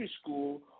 school